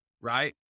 right